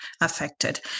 affected